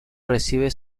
recibe